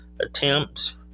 attempts